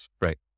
Right